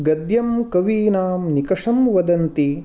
गद्यं कवीनां निकषं वदन्ति